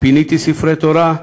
פיניתי ספרי תורה,